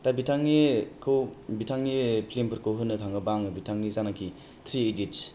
दा बिथांनि खौ बिथांनि फ्लिमफोरखौ होननो थाङोबा आं बिथांनि जानाखि थ्री इदिइतस